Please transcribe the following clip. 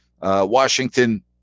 Washington